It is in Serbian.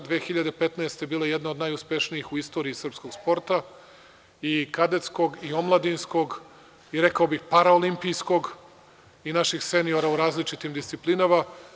Godina 2015. bila je jedna od najuspešnijih u istoriji srpskog sporta i kadetskog i omladinskog i rekao bih paraolimpijskog i naših seniora u različitim disciplinama.